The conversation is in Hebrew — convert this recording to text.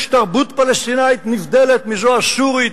יש תרבות פלסטינית נבדלת מזו הסורית?